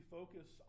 focus